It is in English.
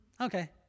okay